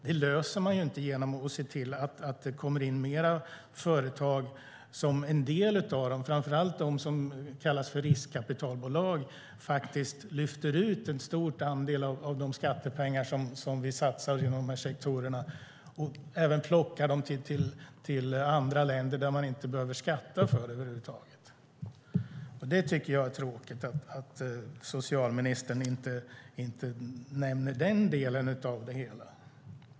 Det löser man inte genom att fler företag kommer in, där en del, framför allt de så kallade riskkapitalbolagen, lyfter ut en stor andel av de skattepengar som vi satsar inom dessa sektorer och för pengarna till länder där de dessutom inte behöver skatta för dem. Det är tråkigt att socialministern inte nämner den delen av det hela.